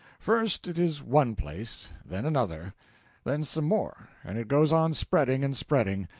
first it is one place then another then some more and it goes on spreading and spreading,